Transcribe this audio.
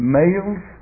males